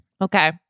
Okay